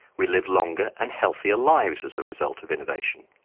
we live longer and healthier lives as a result of innovation.